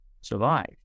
survive